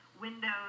Windows